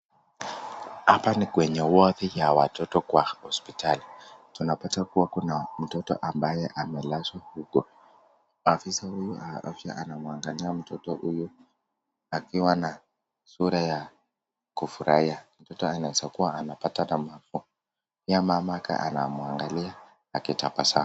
Hapa ni kwenye wodi ya watoto kwa hospitali. Tunapata kuwa kuna mtoto ambaye amelazwa huko. Afisa huyu wa afya anamuangalia mtoto huyu akiwa na sura ya kufurahia. Mtoto anaweza kuwa anapata nafuu, pia mama yake anamuangalia akitabasamu.